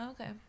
okay